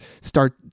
start